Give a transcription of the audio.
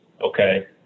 okay